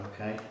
Okay